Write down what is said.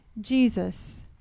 Jesus